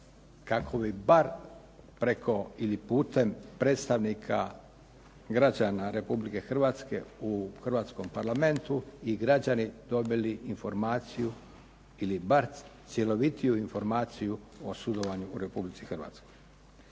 kako bi bar preko ili putem predstavnika građana Republike Hrvatske u Hrvatskom parlamentu i građani dobili informaciju ili bar cjelovitiju informaciju o sudovanju u Republici Hrvatskoj.